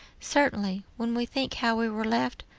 certainly, when we think how we were left,